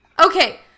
Okay